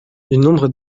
nombre